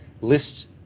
list